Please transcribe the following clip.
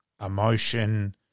emotion